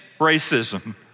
racism